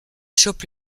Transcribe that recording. chope